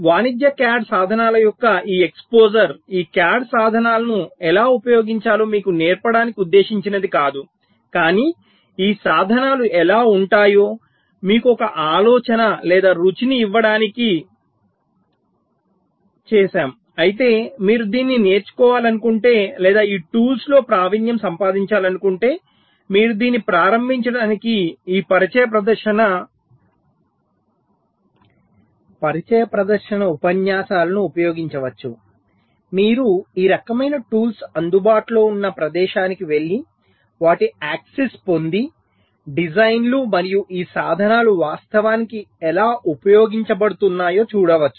వాణిజ్య CAD సాధనాల యొక్క ఈ ఎక్స్పోజర్ ఈ CAD సాధనాలను ఎలా ఉపయోగించాలో మీకు నేర్పడానికి ఉద్దేశించినది కాదు కానీ ఈ సాధనాలు ఎలా ఉంటాయో మీకు ఒక ఆలోచన లేదా రుచిని ఇవ్వడానికి అయితే మీరు దీన్ని నేర్చుకోవాలనుకుంటే లేదా ఈ టూల్స్ లో ప్రావీణ్యం సంపాదించాలనుకుంటే మీరు దీన్ని ప్రారంభించడానికి ఈ పరిచయ ప్రదర్శన ఉపన్యాసాలను ఉపయోగించవచ్చు మీరు ఈ రకమైన టూల్స్ అందుబాటులో ఉన్న ప్రదేశానికి వెళ్లి వాటి ఆక్సిస్ పొంది డిజైన్లు మరియు ఈ సాధనాలు వాస్తవానికి ఎలా ఉపయోగించబడుతున్నాయో చూడవచ్చు